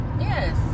yes